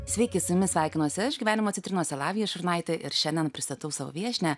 sveiki su jumis sveikinuosi aš gyvenimo citrinose lavija šurnaitė ir šiandien pristatau savo viešnią